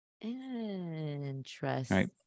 Interesting